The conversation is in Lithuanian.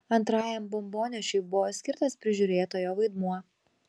antrajam bombonešiui buvo skirtas prižiūrėtojo vaidmuo